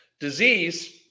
Disease